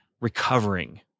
recovering